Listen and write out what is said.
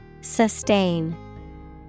sustain